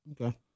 Okay